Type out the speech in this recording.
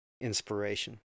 inspiration